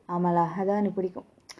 ஆமா lahaadhan புடிக்கும்:pudikkum